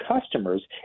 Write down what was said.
customers